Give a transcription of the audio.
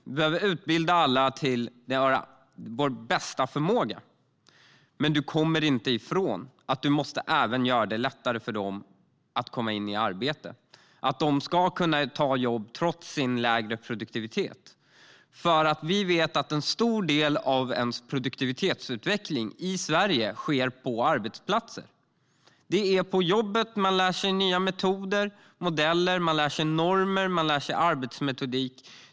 Vi behöver utbilda alla efter vår bästa förmåga. Men du kommer inte ifrån att du även måste göra det lättare för dessa människor att komma in i arbete. De ska kunna ta jobb trots sin lägre produktivitet. Vi vet nämligen att en stor del av ens produktivitetsutveckling i Sverige sker på arbetsplatser. Det är på jobbet man lär sig nya metoder och modeller. Man lär sig normer. Man lär sig arbetsmetodik.